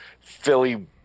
Philly